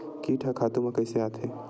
कीट ह खातु म कइसे आथे?